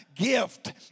Gift